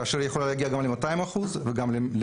כאשר היא יכולה להגיע גם ל-200% או ל-150%,